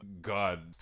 God